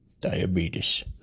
diabetes